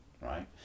right